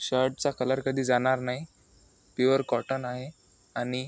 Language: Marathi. शर्टचा कलर कधी जाणार नाही प्युअर कॉटन आहे आणि